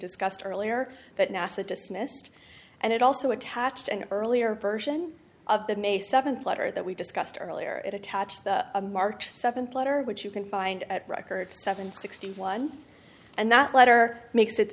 discussed earlier that nasa dismissed and it also attached and earlier version of the may seventh letter that we discussed earlier it attached a march seventh letter which you can find at record seven sixty one and that letter makes it